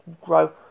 grow